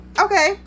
Okay